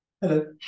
Hello